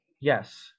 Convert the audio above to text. Yes